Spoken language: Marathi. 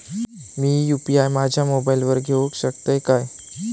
मी यू.पी.आय माझ्या मोबाईलावर घेवक शकतय काय?